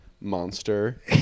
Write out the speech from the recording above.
Monster